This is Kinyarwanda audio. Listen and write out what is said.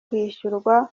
kwishyurwa